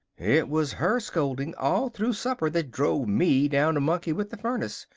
it was her scolding all through supper that drove me down to monkey with the furnace.